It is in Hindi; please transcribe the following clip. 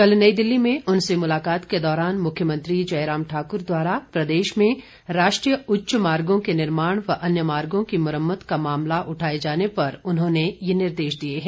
कल नई दिल्ली में उनसे मुलाकात के दौरान मुख्यमंत्री जयराम ठाकुर द्वारा प्रदेश में राष्ट्रीय उच्च मार्गो के निर्माण व अन्य मार्गो की मुरम्मत का मामला उठाए जाने पर उन्होंने ये निर्देश दिए हैं